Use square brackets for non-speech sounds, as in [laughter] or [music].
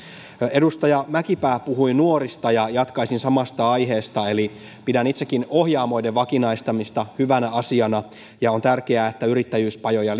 edustaja mäkipää puhui nuorista ja jatkaisin samasta aiheesta pidän itsekin ohjaamoiden vakinaistamista hyvänä asiana ja on tärkeää että yrittäjyyspajoja [unintelligible]